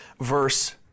Verse